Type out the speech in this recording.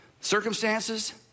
Circumstances